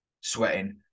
sweating